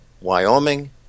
Wyoming